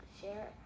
share